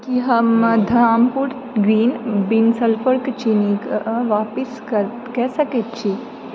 की हम धामपुर ग्रीन बिन सल्फरके चीनी आपिस कऽ सकैत छी